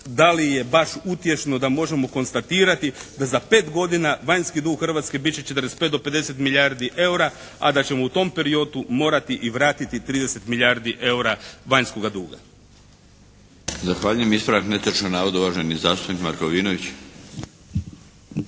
da li je baš utješno da možemo konstatirati da za 5 godina vanjski dug Hrvatske bit će 45 do 50 milijardi EUR-a a da ćemo u tom periodu morati i vratiti 30 milijardi EUR-a vanjskoga duga. **Milinović, Darko (HDZ)** Zahvaljujem. Ispravak netočnog navoda uvaženi zastupnik Markovinović.